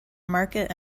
market